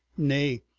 nay,